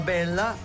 Bella